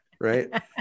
right